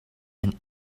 een